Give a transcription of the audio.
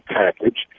package